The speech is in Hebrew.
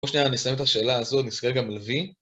בואו שניה נסיים את השאלה הזו ניסגר גם ל-v.